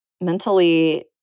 mentally